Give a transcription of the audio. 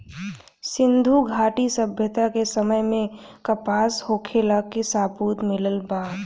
सिंधुघाटी सभ्यता के समय में कपास के होखे के सबूत मिलल बा